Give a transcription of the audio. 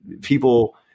people